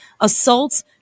assaults